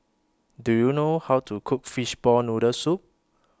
Do YOU know How to Cook Fishball Noodle Soup